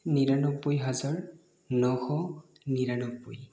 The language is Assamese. নিৰানব্বৈ হাজাৰ ন শ নিৰানব্বৈ